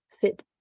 fit